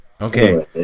Okay